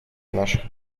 наших